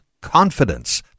confidence